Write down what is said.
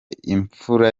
impfura